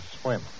swim